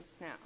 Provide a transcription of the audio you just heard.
now